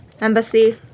Embassy